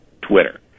Twitter